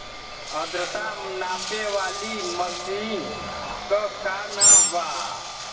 आद्रता नापे वाली मशीन क का नाव बा?